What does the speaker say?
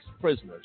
prisoners